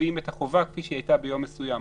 מקבעים את החובה כפי שהייתה ביום מסוים.